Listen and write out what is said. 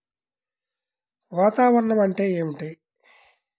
వాతావరణం అంటే ఏమిటి?